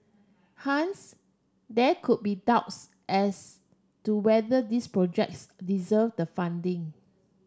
hence there could be doubts as to whether these projects deserved the funding